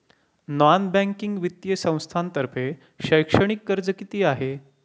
Non banking वित्तीय संस्थांतर्फे शैक्षणिक कर्ज किती आहे?